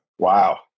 Wow